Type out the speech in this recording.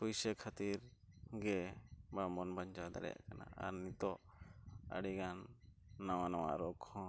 ᱯᱩᱭᱥᱟᱹ ᱠᱷᱟᱹᱛᱤᱨᱜᱮ ᱵᱟᱝᱵᱚᱱ ᱵᱟᱧᱪᱟᱣ ᱫᱟᱲᱮᱭᱟᱜ ᱠᱟᱱᱟ ᱟᱨ ᱱᱤᱛᱚᱜ ᱟᱹᱰᱤᱜᱟᱱ ᱱᱟᱣᱟᱼᱱᱟᱣᱟ ᱨᱳᱜᱽᱦᱚᱸ